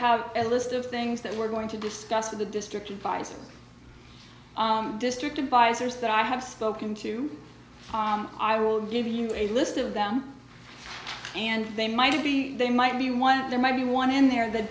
have a list of things that we're going to discuss with the district advisor district advisors that i have spoken to i will give you a list of them and they might be they might be one there might be one in there that